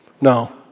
No